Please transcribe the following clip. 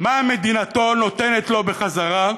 מה מדינתו נותנת לו בחזרה,